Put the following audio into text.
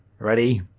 ready?